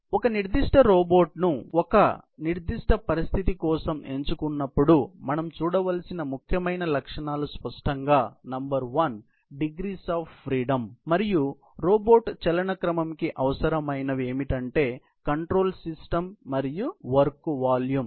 కాబట్టి ఒక నిర్దిష్ట రోబోట్ను ఒక నిర్దిష్ట పరిస్థితి కోసం ఎంచుకున్నప్పుడు మనం చూడవలసిన ముఖ్యమైన లక్షణాలు స్పష్టంగా number one degrees of freedom మరియు రోబోట్ చలన క్రమం కి అవసరమైనవి ఏమిటంటే కంట్రోల్ సిస్టం మరియు వర్క్ వాల్యూమ్